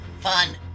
Fun